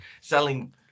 selling